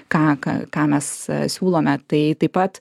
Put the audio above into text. ką ką ką mes siūlome tai taip pat